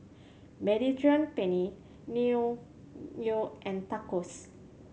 Mediterranean Penne Naengmyeon and Tacos